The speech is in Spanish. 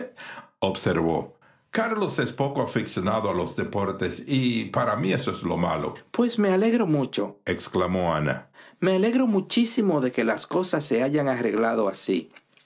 debidamenteobservó carlos es poco aficionado a los deportes eso es lo malo pues me alegro muchoexclamó ana me alegro muchísimo de que las cosas se hayan arreglado así